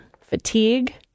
fatigue